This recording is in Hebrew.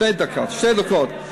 שתי דקות, שתי דקות.